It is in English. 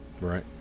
Right